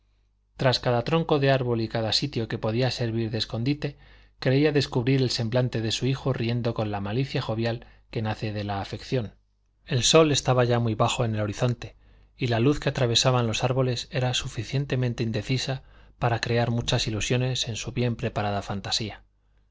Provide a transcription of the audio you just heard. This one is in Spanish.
tras cada tronco de árbol y cada sitio que podía servir de escondite creía descubrir el semblante de su hijo riendo con la malicia jovial que nace de la afección el sol estaba ya muy bajo en el horizonte y la luz que atravesaba los árboles era suficientemente indecisa para crear muchas ilusiones en su bien preparada fantasía